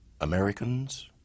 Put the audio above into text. Americans